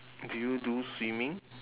do you do swimming